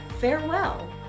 farewell